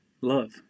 love